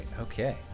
Okay